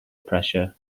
pressure